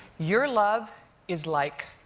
your love is like